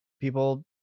people